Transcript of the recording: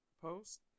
Post